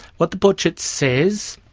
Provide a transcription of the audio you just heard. what the portrait says,